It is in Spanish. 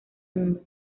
mundo